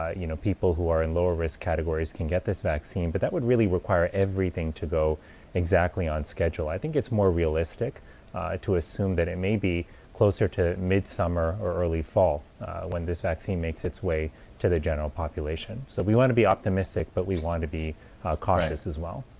ah you know, people who are in lower-risk categories can get this vaccine but that would really require everything to go exactly on schedule. i think it's more realistic to assume that it may be closer to midsummer or early fall when this vaccine makes its way to the general population. so we want to be optimistic but we want to be cautious as well.